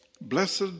Blessed